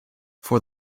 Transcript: for